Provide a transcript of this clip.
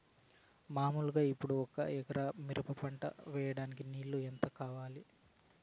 మామూలుగా ఇప్పుడు ఒక ఎకరా మిరప పంట వేయడానికి నీళ్లు ఎంత కావాలి?